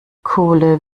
kohle